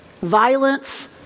violence